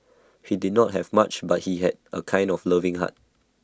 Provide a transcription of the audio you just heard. he did not have much but he had A kind of loving heart